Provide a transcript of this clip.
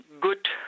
good